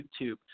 youtube